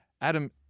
Adam